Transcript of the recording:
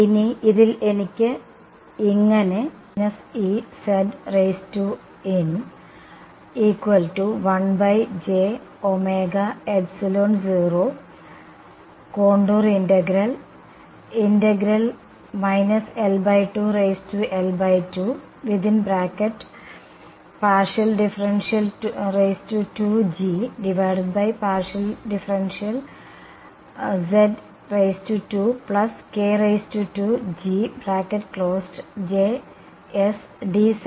ഇനി ഇതിൽ എനിക്ക് ഇങ്ങനെ എഴുതാം